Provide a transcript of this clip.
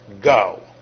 Go